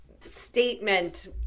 statement